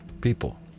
people